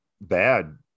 bad